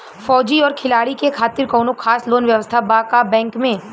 फौजी और खिलाड़ी के खातिर कौनो खास लोन व्यवस्था बा का बैंक में?